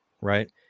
right